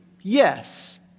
yes